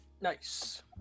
Nice